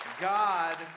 God